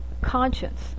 conscience